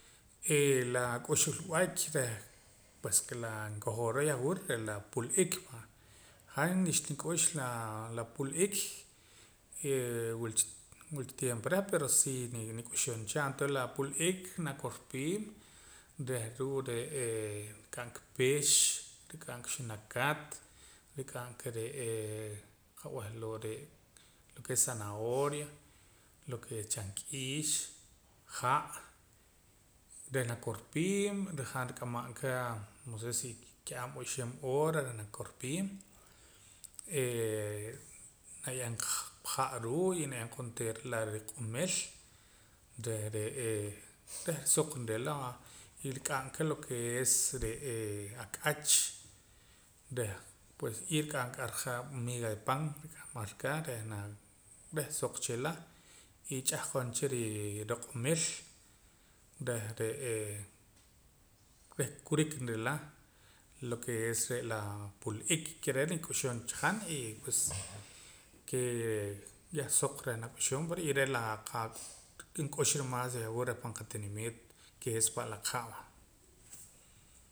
La k'uxulb'a'ay reh pues ke laa nkojoora yahwur re' la pul'ik han xnik'ux laa pul'iik wila cha tiempo reh pero si nik'uxum cha entoon la pul'ik nokorpiim reh ruu' re'ee nrik'ab' aka pix rik'a' ka xunakat rik'ab'ka re'ee qab'eh loo' re' lo ke es zanahoria lo ke es chamk'iix ha' reh nakorpiim rajaam rik'aman ka no se si ka'ab' o ixib' hora reh nakorpiim naye'em ha' ruu' y naye'eem qa onteera riq'omil reh re'ee reh suq nrila y nirk'an ka lo ke es re'ee ak'ach reh pues y nrik'ab' aka ja'ar miga de pan rik'ab'ar ka reh suq chila y ch'ahqon cha riroq'omil reh re'ee reh kurik nrila lo ke es re'la pul'ik ke re' nik'uxum cha han y ke pues yah suq reh nak'uxum y re' la ke maas nk'uxura yahwur pan qatinimiit ke es pa'laq ha' va